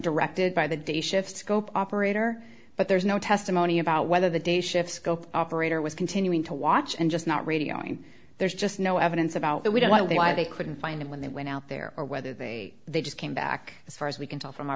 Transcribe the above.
directed by the dayshift scope operator but there's no testimony about whether the dayshift scope operator was continuing to watch and just not radioing there's just no evidence about that we don't know why they couldn't find him when they went out there or whether they they just came back as far as we can tell from